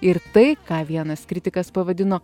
ir tai ką vienas kritikas pavadino